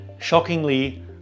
shockingly